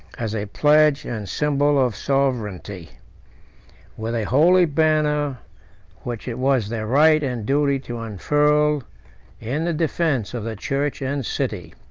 as a pledge and symbol of sovereignty with a holy banner which it was their right and duty to unfurl in the defence of the church and city.